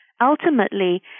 Ultimately